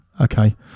okay